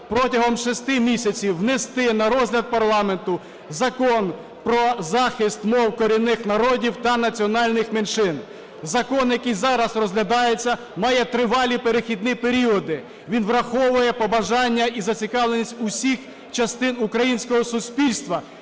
протягом шести місяців внести на розгляд парламенту Закон про захист мов корінних народів та національних меншин. Закон, який зараз розглядається, має тривалі перехідні періоди, він враховує побажання і зацікавленість усіх частин українського суспільства.